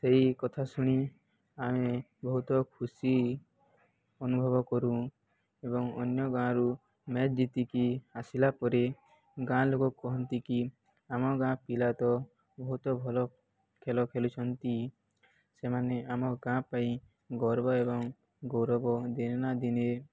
ସେଇ କଥା ଶୁଣି ଆମେ ବହୁତ ଖୁସି ଅନୁଭବ କରୁ ଏବଂ ଅନ୍ୟ ଗାଁରୁ ମ୍ୟାଚ୍ ଜତିକି ଆସିଲା ପରେ ଗାଁ ଲୋକ କହନ୍ତି କିି ଆମ ଗାଁ ପିଲା ତ ବହୁତ ଭଲ ଖେଲ ଖେଳୁଛନ୍ତି ସେମାନେ ଆମ ଗାଁ ପାଇଁ ଗର୍ବ ଏବଂ ଗୌରବ ଦିନେ ନା ଦିନେ